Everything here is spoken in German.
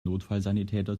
notfallsanitäter